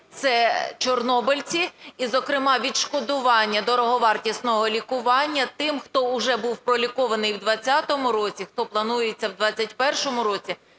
це чорнобильці, і, зокрема, відшкодування дороговартісного лікування тим, хто вже був пролікований в 20-му році, хто планується в 21-му році.